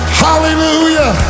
hallelujah